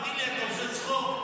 תגיד לי, אתה עושה צחוק?